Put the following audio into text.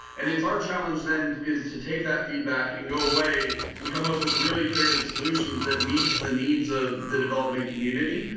and it's our challenge then is to take that feedback and go away and come up with really creative solutions that meets the needs of the development community.